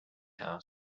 house